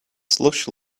slush